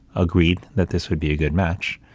agreed that this would be a good match.